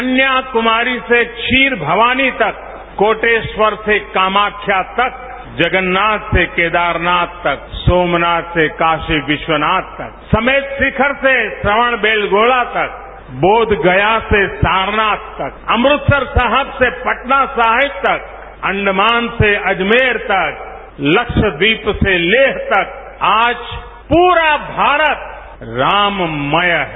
कन्याकुमारी से क्षीर भवानी तक कोटेश्वर से कामाख्या तक जगन्नाथ से केदारनाथ तक सोमनाथ से काशी विश्वनाथ तक समेत शिखर से श्रवण बेलगोला तक बोष गया से सारनाथ तक अमृतसर साहेब से पटना साहेब तकअंडमान से अजमेर तक लक्षद्वीप से लेह तकआज पूरा भारत राम मय है